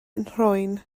nhrwyn